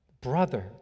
brother